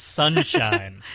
sunshine